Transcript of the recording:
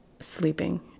sleeping